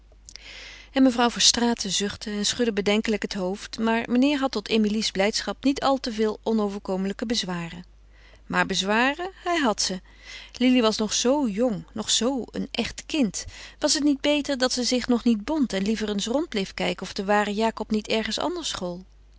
en mevrouw verstraeten zuchtte en schudde bedenkelijk het hoofd maar meneer had tot emilie's blijdschap niet al te veel onoverkomelijke bezwaren maar bezwaren hij had ze lili was nog zoo jong nog zoo een echt kind was het niet beter dat ze zich nog niet bond en liever eens rond bleef kijken of de ware jacob niet ergens anders school